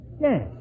Yes